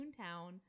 Toontown